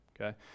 okay